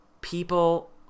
People